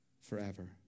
forever